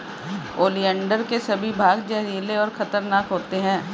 oleander के सभी भाग जहरीले और खतरनाक होते हैं